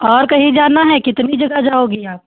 और कहीं जाना है कितनी जगह जाओगी आप